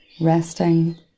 resting